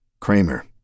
Kramer